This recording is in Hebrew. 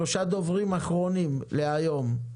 שלושה דוברים אחרונים להיום: